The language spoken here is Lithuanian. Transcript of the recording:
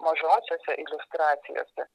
mažosiose iliustracijose